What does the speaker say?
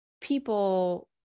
people